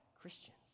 Christians